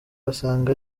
basanga